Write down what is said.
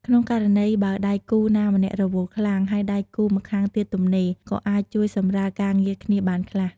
ក្នុងករណីបើដៃគូណាម្នាក់រវល់ខ្លាំង ហើយដៃគូម្ខាងទៀតទំនេរ ក៏អាចជួយសម្រាលការងារគ្នាបានខ្លះ។